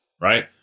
right